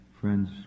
friends